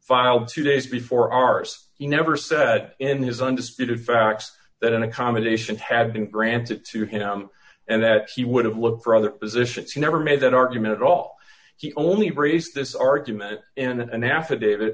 filed two days before ours he never said in his undisputed facts that an accommodation had been granted to him and that he would have looked for other positions he never made that argument at all he only embrace this argument in an affidavi